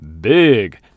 big